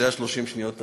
אלה 30 השניות הראשונות.